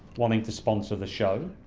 wanting to sponsor the show,